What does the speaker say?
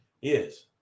yes